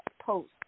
post